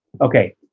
Okay